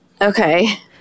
Okay